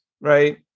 right